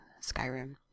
Skyrim